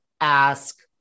ask